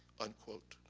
unquote.